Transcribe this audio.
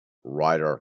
rider